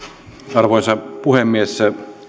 arvoisa puhemies